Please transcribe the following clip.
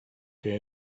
que